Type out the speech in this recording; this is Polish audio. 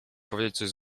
powiedzieć